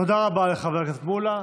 תודה רבה לחבר הכנסת מולא.